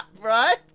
right